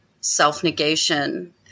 self-negation